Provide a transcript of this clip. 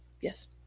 Yes